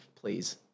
please